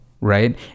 right